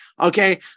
Okay